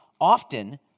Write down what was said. Often